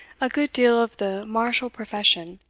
a good deal of the martial profession